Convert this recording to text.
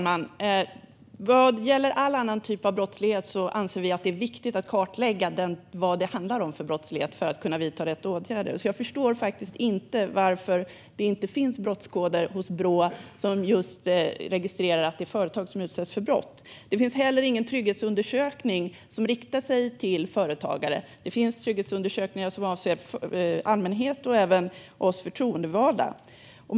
Fru talman! Vi anser att det är viktigt att kartlägga vad det handlar om för brottslighet för att kunna vidta rätt åtgärder. Jag förstår faktiskt inte varför det inte finns brottskoder hos Brå som registrerar att det är företag som utsätts för brott. Det finns inte heller någon trygghetsundersökning som riktar sig till företagare, men det finns trygghetsundersökningar som avser allmänhet och även oss förtroendevalda.